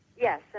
Yes